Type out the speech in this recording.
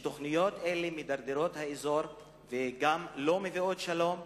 שתוכניות אלה מדרדרות את האזור וגם לא מביאות שלום.